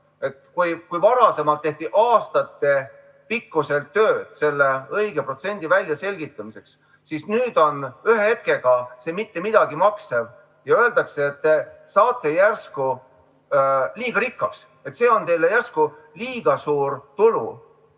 Kui varasemalt tehti aastatepikkuselt tööd selle õige protsendi väljaselgitamiseks, siis nüüd on ühe hetkega see mitte midagi maksev ja öeldakse, et te saate järsku liiga rikkaks, et see on teile järsku liiga suur tulu.